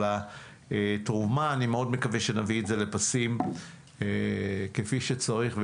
על התרומה ואני מאוד מקווה שנביא את זה לפסים כפי שצריך.